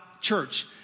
church